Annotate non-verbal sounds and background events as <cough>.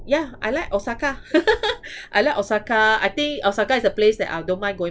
yeah I like osaka <laughs> I like osaka I think osaka is a place that I don't mind going